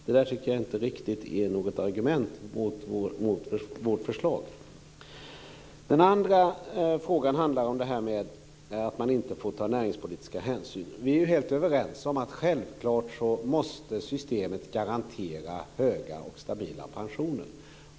Det är inte ett riktigt argument mot vårt förslag. Den andra frågan handlar om att inte få ta näringspolitiska hänsyn. Vi är helt överens om att självklart måste systemet garantera höga och stabila pensioner.